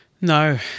No